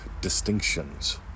distinctions